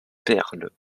perles